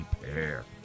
repair